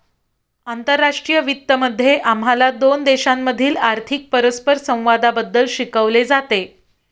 आंतरराष्ट्रीय वित्त मध्ये आम्हाला दोन देशांमधील आर्थिक परस्परसंवादाबद्दल शिकवले जाते